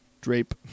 drape